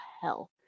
hell